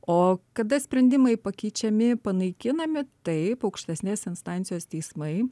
o kada sprendimai pakeičiami panaikinami taip aukštesnės instancijos teismai